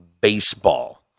Baseball